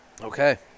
Okay